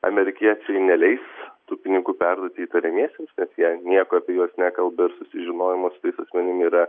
amerikiečiai neleis tų pinigų perduoti įtariamiesiems kad jie nieko apie juos nekalba ir susižinojimas su tais asmenim yra